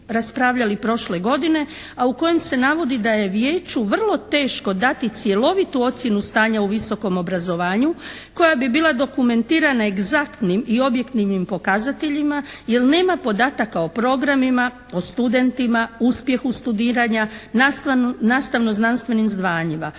u kojem se navodi da je vijeću vrlo teško dati cjelovitu ocjenu stanja u visokom obrazovanju koja bi bila dokumentirana egzaktnim i objektivnim pokazateljima jel' nema podataka o programima, o studentima, uspjehu studiranja, nastavno-znanstvenim zvanjima.